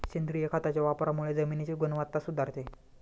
सेंद्रिय खताच्या वापरामुळे जमिनीची गुणवत्ता सुधारते